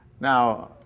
Now